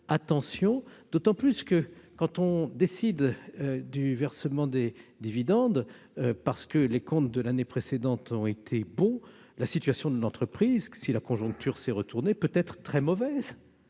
attention, d'autant plus que, quand on décide du versement des dividendes, parce que les comptes de l'année précédente ont été bons, la situation de l'entreprise, si la conjoncture s'est retournée, peut-être très mauvaise.